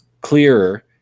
clearer